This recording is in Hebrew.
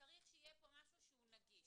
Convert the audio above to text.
צריך להיות פה משהו שהוא נגיש.